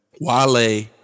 Wale